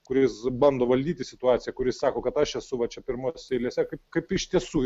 kuris bando valdyti situaciją kuris sako kad aš esu va čia pirmose eilėse kaip iš tiesų